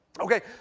Okay